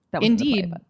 indeed